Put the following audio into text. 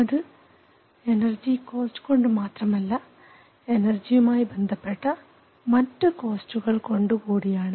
അത് energy cost കൊണ്ട് മാത്രമല്ല എനർജിയുമായി ബന്ധപ്പെട്ട മറ്റു കോസ്റ്റ്സു കൊണ്ടു കൂടിയാണ്